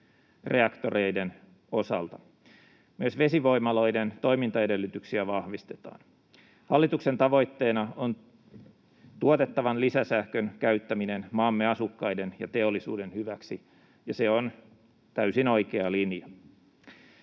pienydinreaktoreiden osalta. Myös vesivoimaloiden toimintaedellytyksiä vahvistetaan. Hallituksen tavoitteena on tuotettavan lisäsähkön käyttäminen maamme asukkaiden ja teollisuuden hyväksi, ja se on täysin oikea linja.